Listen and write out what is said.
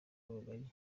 rugagi